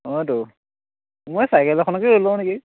অঁতো মই চাইকেল এখনকে লৈ লওঁ নেকি